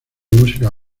música